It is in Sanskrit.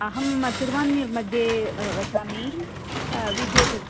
अहं तिरवन्यूर् मध्ये वसामि विजयद्